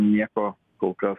nieko kol kas